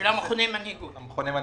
למכוני המנהיגות.